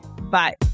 Bye